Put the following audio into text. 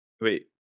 Wait